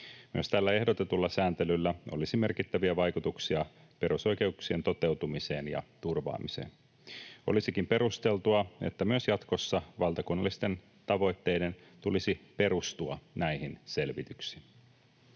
Myös tällä ehdotetulla sääntelyllä olisi merkittäviä vaikutuksia perusoikeuksien toteutumiseen ja turvaamiseen. Olisikin perusteltua, että myös jatkossa valtakunnallisten tavoitteiden tulisi perustua näihin selvityksiin.